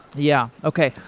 yeah. okay.